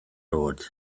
oed